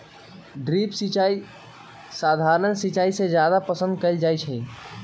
drip सिंचाई सधारण सिंचाई से जादे पसंद कएल जाई छई